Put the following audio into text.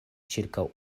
ĉirkaŭ